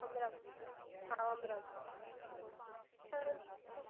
अमरावती हां अमरावती तर तू